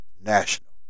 national